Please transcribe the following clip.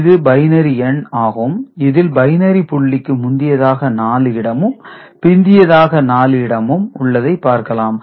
இது பைனரி எண் ஆகும் இதில் பைனரி புள்ளிக்கு முந்தியதாக 4 இடமும் பிந்தியதாக 4 இடமும் உள்ளதை பார்க்கலாம்